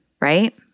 right